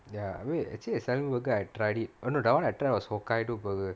ya wait actually the salmon burger I've tried it oh no the [one] I've tried was hokkaido burger